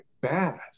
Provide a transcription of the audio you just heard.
bad